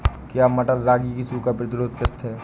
क्या मटर रागी की सूखा प्रतिरोध किश्त है?